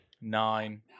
Nine